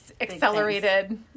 accelerated